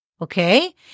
Okay